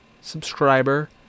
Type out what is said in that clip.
subscriber